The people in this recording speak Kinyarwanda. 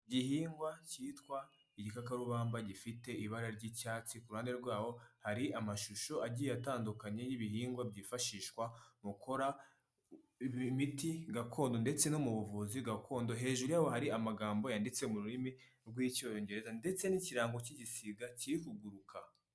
Igihingwa kitwa igikakarubamba gifite ibara ry'icyatsi, ku ruhande rwaho hari amashusho agiye atandukanye y'ibihingwa byifashishwa gukora imiti gakondo ndetse no mu buvuzi gakondo, hejuru yaho hari amagambo yanditse mu rurimi rw'icyongereza ndetse n'ikirango cy'igisiga kiri kuguruka.